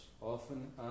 often